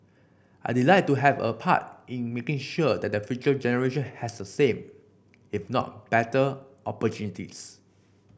I'd like to have a part in making sure that the future generation has the same if not better opportunities